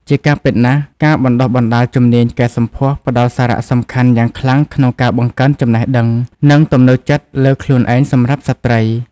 ជាការពិតណាស់ ការបណ្តុះបណ្តាលជំនាញកែសម្ផស្សផ្តល់សារៈសំខាន់យ៉ាងខ្លាំងក្នុងការបង្កើនចំណេះដឹង និងទំនុកចិត្តលើខ្លួនឯងសម្រាប់ស្ត្រី។